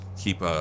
keep